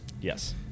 Yes